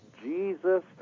Jesus